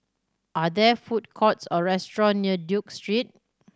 are there food courts or restaurant near Duke Street